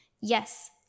Yes